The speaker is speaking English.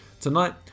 Tonight